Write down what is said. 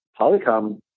Polycom